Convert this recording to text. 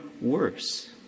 worse